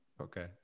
Okay